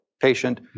patient